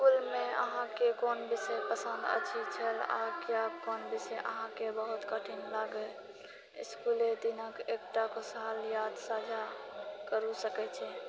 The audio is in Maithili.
इस्कूलमे अहाँके कोन विषय पसन्द अछि छल आ किआक कोन विषय अहाँके बहुत कठिन लागल इस्कूलके दिनक एकटा खुशहाल याद साझा करू सकैत छै